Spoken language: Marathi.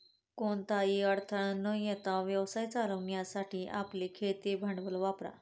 कोणताही अडथळा न येता व्यवसाय चालवण्यासाठी आपले खेळते भांडवल वापरा